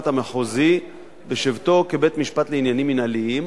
המחוזי בשבתו כבית-משפט לעניינים מינהליים